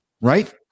Right